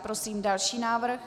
Prosím další návrh.